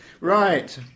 Right